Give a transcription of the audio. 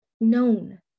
Known